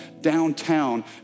downtown